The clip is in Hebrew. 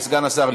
סגן השר,